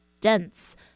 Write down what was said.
dense